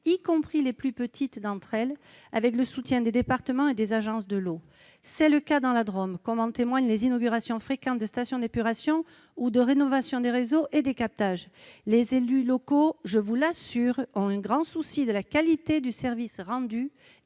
y compris les plus petites d'entre elles, avec le soutien des départements et des agences de l'eau. C'est le cas dans la Drôme, comme en témoignent les inaugurations fréquentes de stations d'épuration ou les opérations de rénovation des réseaux et des captages. Les élus locaux, je vous l'assure, ont un grand souci de la qualité du service rendu